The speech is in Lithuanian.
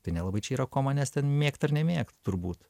tai nelabai čia yra ko manęs ten mėgt ar nemėgt turbūt